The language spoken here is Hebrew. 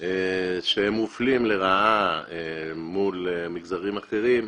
שמופלים לרעה מול מגזרים אחרים.